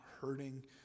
hurting